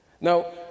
Now